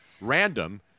random